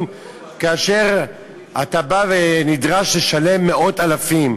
כאשר אתה בא ונדרש לשלם מאות-אלפים.